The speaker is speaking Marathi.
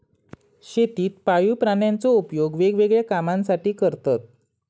शेतीत पाळीव प्राण्यांचो उपयोग वेगवेगळ्या कामांसाठी करतत